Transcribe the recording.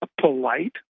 polite